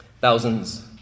thousands